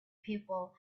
people